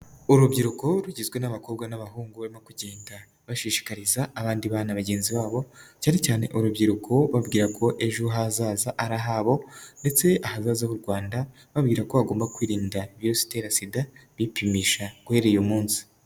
Urubyiruko rugizwe n'abakobwa n'abahungu barimo kugenda bashishikariza abandi bana bagenzi babo cyane cyane urubyiruko babwira ko ejo hazaza ari ahabo ndetse ahaza h'u Rwanda bababwira ko bagomba kwirinda virusi itera sida bipimisha guhera uyu munsi.